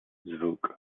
zvooq